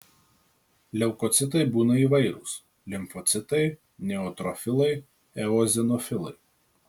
leukocitai būna įvairūs limfocitai neutrofilai eozinofilai